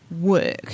work